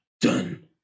done